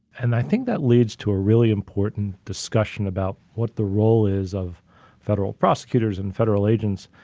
and i think that leads to a really important discussion about what the role is of federal prosecutors and federal agents,